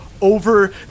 over